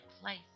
place